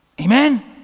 Amen